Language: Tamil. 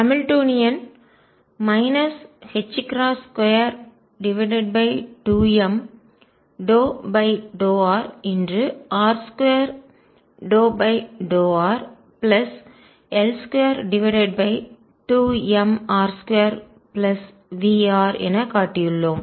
ஹாமில்டோனியன் 22m∂r r2∂rL22mr2Vr என காட்டியுள்ளோம்